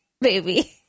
baby